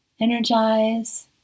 Energize